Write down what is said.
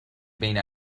بین